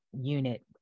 unit